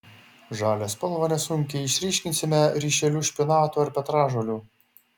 žalią spalvą nesunkiai išryškinsime ryšeliu špinatų ar petražolių